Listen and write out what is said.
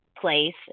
place